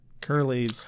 curly